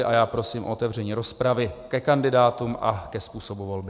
A já prosím o otevření rozpravy ke kandidátům a ke způsobu volby.